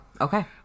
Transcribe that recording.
okay